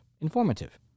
Informative